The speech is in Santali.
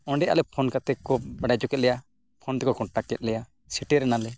ᱚᱸᱰᱮ ᱟᱞᱮ ᱯᱷᱳᱱ ᱠᱟᱛᱮᱫ ᱠᱚ ᱵᱟᱰᱟᱭ ᱦᱚᱪᱚ ᱠᱮᱜ ᱞᱮᱭᱟ ᱯᱷᱳᱱ ᱛᱮᱠᱚ ᱠᱚᱱᱴᱟᱠᱴ ᱠᱮᱜ ᱞᱮᱭᱟ ᱥᱮᱴᱮᱨᱮᱱᱟ ᱞᱮ